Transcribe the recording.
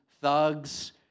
thugs